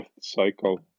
cycle